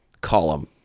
column